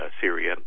Syria